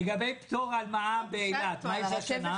לגבי פטור על מע"מ באילת מה יש השנה?